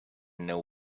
know